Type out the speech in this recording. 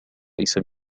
ليس